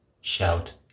shout